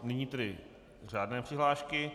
Nyní tedy řádné přihlášky.